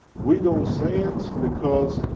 we don't say it, because,